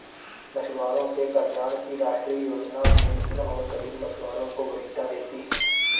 मछुआरों के कल्याण की राष्ट्रीय योजना भूमिहीन और गरीब मछुआरों को वरीयता देती है